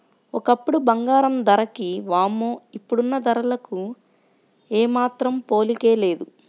ఒకప్పుడు బంగారం ధరకి వామ్మో ఇప్పుడున్న ధరలకు ఏమాత్రం పోలికే లేదు